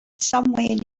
somewhere